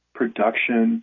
production